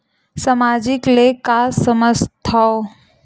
सामाजिक ले का समझ थाव?